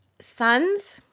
sons